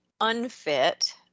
unfit